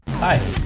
Hi